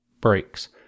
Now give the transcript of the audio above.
breaks